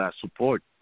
support